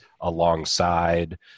alongside